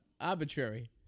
arbitrary